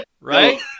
right